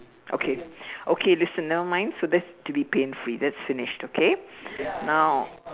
okay okay listen nevermind so that's to be pain free that's finished okay now